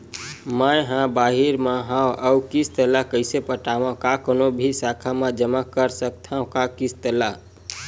मैं हा बाहिर मा हाव आऊ किस्त ला कइसे पटावव, का कोनो भी शाखा मा जमा कर सकथव का किस्त ला?